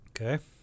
Okay